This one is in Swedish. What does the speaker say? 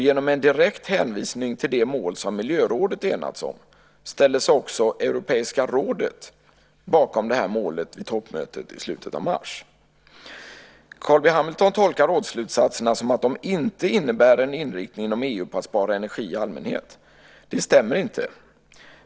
Genom en direkt hänvisning till det mål som miljörådet enats om ställde sig också Europeiska rådet bakom det här målet vid toppmötet i slutet av mars. Carl B Hamilton tolkar rådsslutsatserna som att de inte innebär en inriktning inom EU på att spara energi i allmänhet. Det stämmer inte.